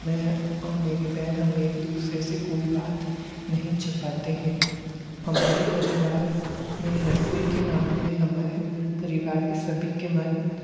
मैं और मेरी बहन हम एक दूसरे से कोई बात नहीं छिपाते हैं हमारे परिवार में रसोई के मामले में हमारे परिवार के सभी के मन